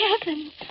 heaven